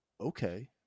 okay